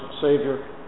Savior